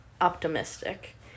optimistic